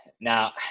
now